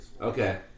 Okay